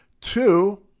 Two